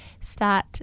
start